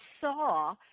saw